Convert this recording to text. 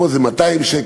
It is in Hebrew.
פה זה 200 שקל,